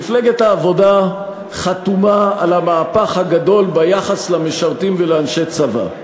מפלגת העבודה חתומה על המהפך הגדול ביחס למשרתים ולאנשי צבא.